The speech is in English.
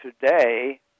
Today